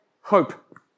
hope